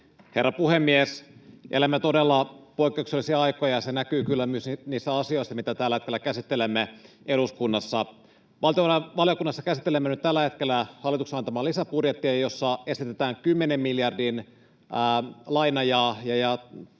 herra puhemies! Elämme todella poikkeuksellisia aikoja, ja se näkyy kyllä myös niissä asioissa, mitä tällä hetkellä käsittelemme eduskunnassa. Valtiovarainvaliokunnassa käsittelemme nyt tällä hetkellä hallituksen antamaa lisäbudjettia, jossa esitetään kymmenen miljardin laina‑